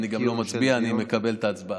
אני גם לא מצביע, אני מקבל את ההצבעה.